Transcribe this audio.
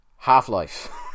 Half-Life